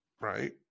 right